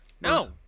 No